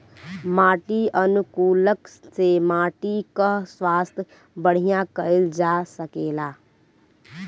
माटी अनुकूलक से माटी कअ स्वास्थ्य बढ़िया कइल जा सकेला